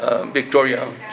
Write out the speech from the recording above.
Victoria